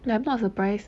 ya I'm not surprised